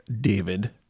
David